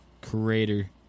creator